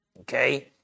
Okay